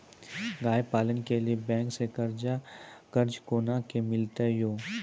गाय पालन के लिए बैंक से कर्ज कोना के मिलते यो?